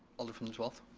alder from the twelfth.